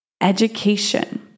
education